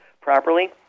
properly